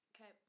Okay